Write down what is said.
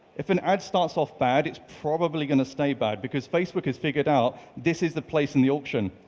if an ad starts off bad, it's probably going to stay bad because facebook has figured out this is the place in the auction.